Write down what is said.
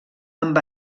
amb